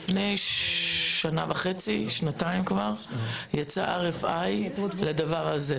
לפני כשנתיים יצא RFI לדבר הזה.